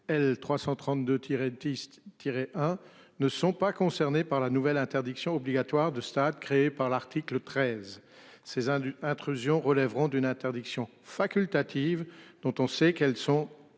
hein ne sont pas concernés par la nouvelle interdiction obligatoire de stade créé par l'article 13, ces indus intrusion relèveront d'une interdiction facultative, dont on sait qu'elles sont